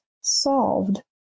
solved